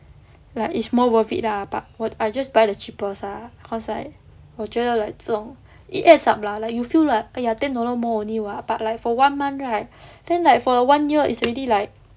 like is more worth it lah but I just buy the cheapest ah cause like 我觉得 like 这种 it adds up lah like you feel like !aiya! ten dollar more only [what] but like for one month right then like for a one year is already like